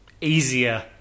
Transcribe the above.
easier